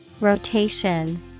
Rotation